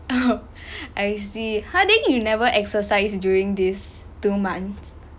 oh I see !huh! then you never exercise during these two months